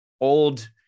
old